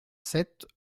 sept